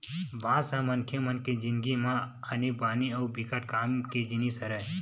बांस ह मनखे मन के जिनगी म आनी बानी अउ बिकट काम के जिनिस हरय